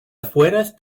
afueras